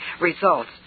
results